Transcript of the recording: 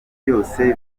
byose